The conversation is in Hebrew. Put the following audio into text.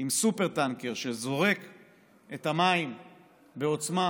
עם סופר-טנקר, שזורק את המים בעוצמה